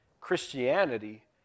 Christianity